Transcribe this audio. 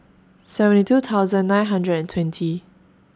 seventy two thousand nine hundred and twenty